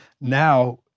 now